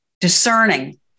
discerning